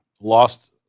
lost